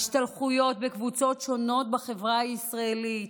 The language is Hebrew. השתלחויות בקבוצות שונות בחברה הישראלית,